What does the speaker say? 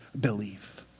believe